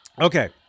Okay